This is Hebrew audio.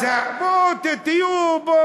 ממזרות אלה.